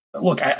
look